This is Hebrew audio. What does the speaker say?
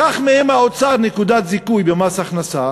לקח מהם האוצר נקודת זיכוי במס הכנסה,